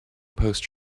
post